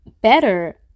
better